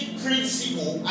principle